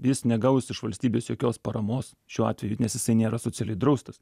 jis negaus iš valstybės jokios paramos šiuo atveju nes jisai nėra socialiai draustas